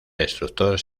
destructor